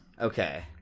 Okay